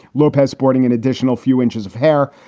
lopez sporting an additional few inches of hair.